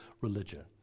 religion